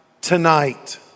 tonight